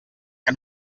que